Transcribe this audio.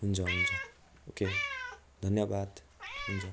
हुन्छ हुन्छ ओके धन्यवाद हुन्छ